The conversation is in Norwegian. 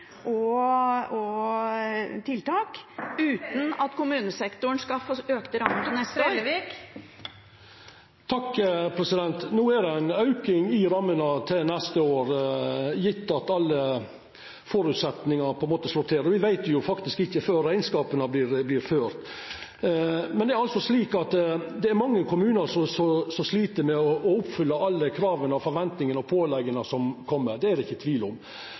personalressurser og tiltak, uten at kommunesektoren skal få økte rammer til neste år? No er det ein auke i rammene til neste år, gjeve at alle føresetnader slår til. Me veit jo faktisk ikkje det før rekneskapane vert førte. Men det er mange kommunar som slit med å oppfylla alle krava, forventingane og pålegga som kjem. Det er det ikkje nokon tvil om.